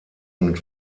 und